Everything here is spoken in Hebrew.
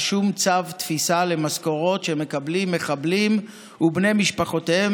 שום צו תפיסה למשכורות שמקבלים מחבלים ובני משפחותיהם